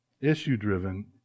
issue-driven